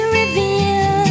reveal